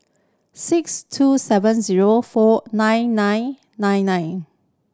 six two seven zero four nine nine nine nine